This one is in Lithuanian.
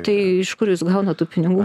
tai iš kur jūs gaunat tų pinigų